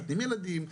מחתנים ילדים,